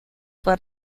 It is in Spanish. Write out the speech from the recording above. fue